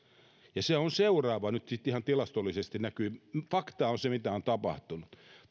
se on seuraava nyt ihan tilastollisesti näkyy että fakta on tämä mitä on tapahtunut